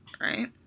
right